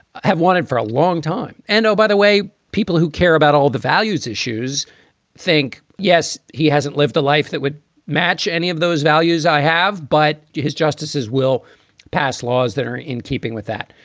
have wanted for a long time. and, oh, by the way, people who care about all the values issues think, yes. he hasn't lived a life that would match any of those values i have. but his justices will pass laws that are in keeping with that.